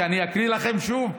שאני אקריא לכם שוב?